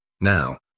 Now